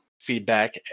feedback